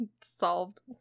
solved